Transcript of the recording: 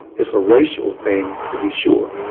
it's a racial thing, to be sure.